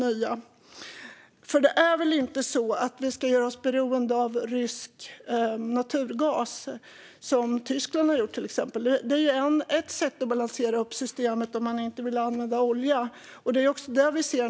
Vi ska väl inte göra oss beroende av rysk naturgas, som till exempel Tyskland har gjort. Det är ett sätt att balansera upp systemet om man inte vill använda olja.